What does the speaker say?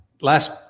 last